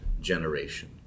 generation